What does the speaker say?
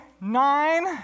Nine